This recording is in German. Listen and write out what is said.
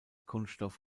kunststoff